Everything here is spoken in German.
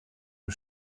der